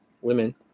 women